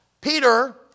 Peter